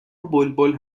بلبل